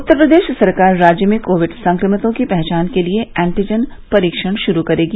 उत्तर प्रदेश सरकार राज्य में कोविड संक्रमितों की पहचान के लिए एंटीजन परीक्षण शुरू करेगी